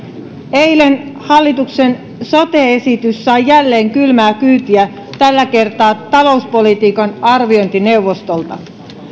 eilen hallituksen sote esitys sai jälleen kylmää kyytiä tällä kertaa talouspolitiikan arviointineuvostolta